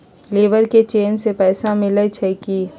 Labour के cheque से पैसा मिलई छई कि?